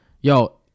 Yo